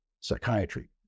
psychiatry